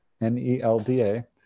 N-E-L-D-A